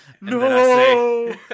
No